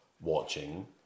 watching